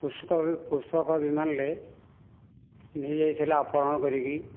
ପୁସ୍କ ପୁଷ୍ପକ ବିମାନରେ ନେଇ ଯାଇଥିଲା ଅପହରଣ କରିକି